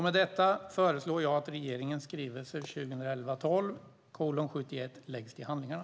Med detta föreslår jag att regeringens skrivelse 2011/12:71 läggs till handlingarna.